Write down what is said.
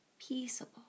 peaceable